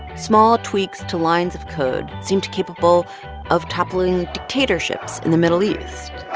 small tweaks to lines of code seemed capable of toppling dictatorships in the middle east.